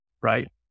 right